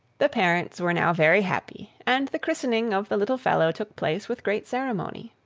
the parents were now very happy, and the christening of the little fellow took place with great ceremony.